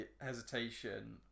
hesitation